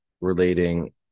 relating